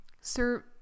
sir